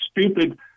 stupid